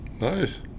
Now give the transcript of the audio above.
Nice